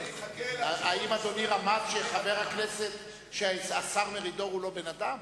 האם אדוני רמז שהשר מרידור הוא לא בן-אדם?